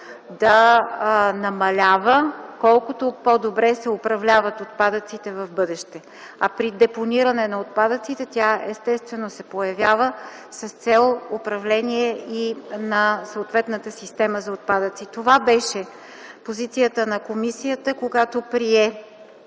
да намалява при по-доброто управление на отпадъците в бъдеще, а при депониране на отпадъците тя естествено се появява с цел управление и на съответната система за отпадъци. Това беше позицията на комисията, когато прие